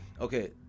Okay